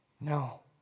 No